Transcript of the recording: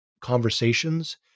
conversations